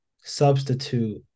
substitute